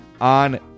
on